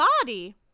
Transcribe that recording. body